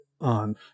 on